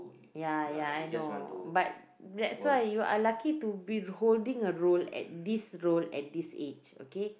ya ya I know but that's why you are lucky to be holding a role at this role at this age